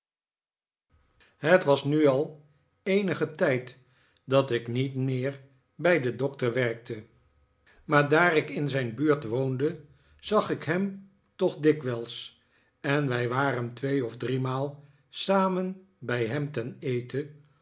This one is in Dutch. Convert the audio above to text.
het was nu al eenigen tijd dat ik niet meer bij den doctor werkte maar daar ik in zijn buurt woonde zag ik hem toch dikwijls en wij waren twee of driemaal samen bij hem ten eten